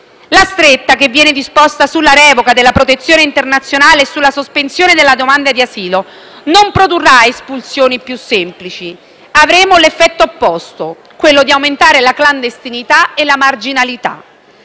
La stretta che viene disposta sulla revoca della protezione internazionale e sulla sospensione della domanda di asilo non produrrà espulsioni più semplici. Avremo l'effetto opposto, quello di aumentare la clandestinità e la marginalità.